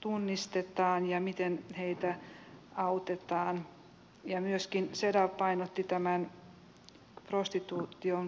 och den är som sagt var bindande för finland och det är det sätt man i cedaw konventionen behandlar människohandel och prostitution